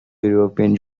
european